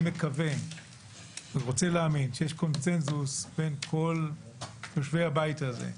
אני רוצה להאמין שיש קונצנזוס בין כל יושבי הבית הזה,